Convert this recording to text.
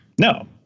No